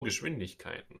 geschwindigkeiten